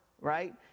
right